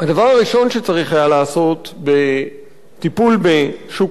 הדבר הראשון שצריך היה לעשות בטיפול בשוק